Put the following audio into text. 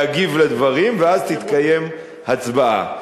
ואגיב על הדברים, ואז תתקיים הצבעה.